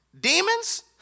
Demons